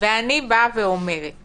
אני אומרת